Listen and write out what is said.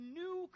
new